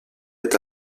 est